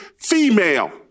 female